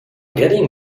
getting